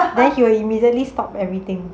then he will immediately stop everything